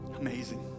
Amazing